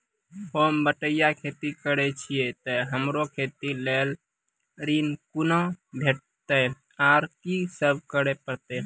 होम बटैया खेती करै छियै तऽ हमरा खेती लेल ऋण कुना भेंटते, आर कि सब करें परतै?